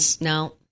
no